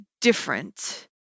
different